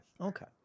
okay